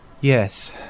yes